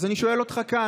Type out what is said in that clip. אז אני שואל אותך כאן,